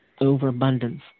Overabundance